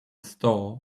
store